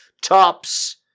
Tops